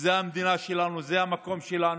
זה המדינה שלנו, זה המקום שלנו.